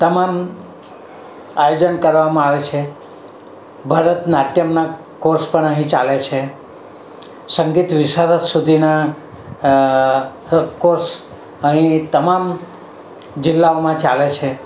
તમામ આયોજન કરવામાં આવે છે ભરતનાટ્યમના કોર્સ પણ અહીં ચાલે છે સંગીત વિશારદ સુધીના કોર્સ અહીં તમામ જિલ્લાઓમાં ચાલે છે